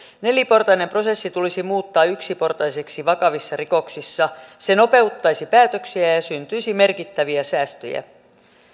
neliportainen prosessi tulisi muuttaa yksiportaiseksi vakavissa rikoksissa se nopeuttaisi päätöksiä ja ja syntyisi merkittäviä säästöjä